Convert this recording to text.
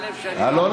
הלב שלי, לא.